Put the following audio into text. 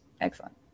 excellent